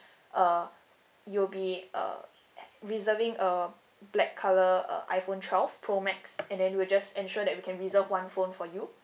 uh you will be uh reserving a black colour uh iPhone twelve pro max and then we'll just ensure that we can reserve one phone for you